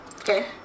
Okay